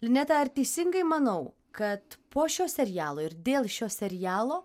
lineta ar teisingai manau kad po šio serialo ir dėl šio serialo